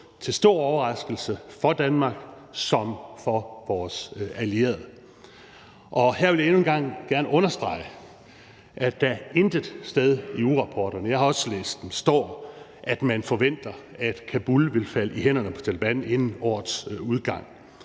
til stor overraskelse for Danmark som for vores allierede. Og her vil jeg endnu en gang gerne understrege, at der intet sted i ugerapporterne, og jeg har også læst dem, står, at man forventer, at Kabul vil falde i hænderne på Taleban inden årets udgang.